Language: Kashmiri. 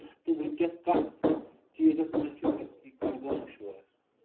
تہٕ وٕنکیٚس کتھ چیٖزس منٛز چھُ کۄلگوم مشہوٗر حظ